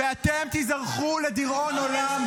אתם תיזכרו לדיראון עולם.